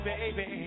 Baby